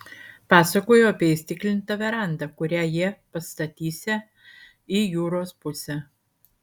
pasakojo apie įstiklintą verandą kurią jie pastatysią į jūros pusę